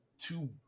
two